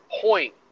point